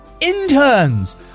interns